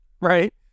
right